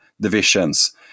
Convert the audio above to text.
divisions